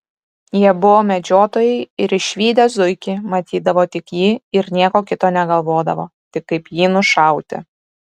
jie buvo medžiotojai ir išvydę zuikį matydavo tik jį ir nieko kito negalvodavo tik kaip jį nušauti